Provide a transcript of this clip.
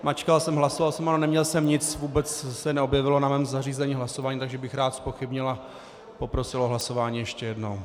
Mačkal jsem, hlasoval jsem, ale neměl jsem nic, vůbec se neobjevilo na mém zařízení hlasování, takže bych ho rád zpochybnil a poprosil o hlasování ještě jednou.